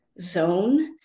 zone